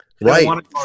Right